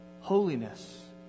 holiness